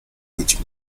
which